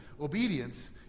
Obedience